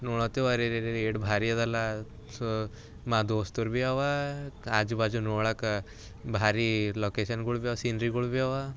ನೋಡತ್ತೆವು ಅರೆರೆರೆರೆ ಎಷ್ಟು ಭಾರಿ ಇದೆಲ್ಲ ಸೊ ಮಾ ದೋಸ್ತರು ಭೀ ಇವೆ ಕಾ ಆಜು ಬಾಜು ನೋಡೋಕ್ಕೆ ಭಾರಿ ಲೊಕೇಷನ್ಗಳು ಭೀ ಇವೆ ಸೀನ್ರಿಗಳು ಭೀ ಇವೆ